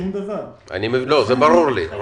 זה ברור לי.